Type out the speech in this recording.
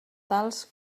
tals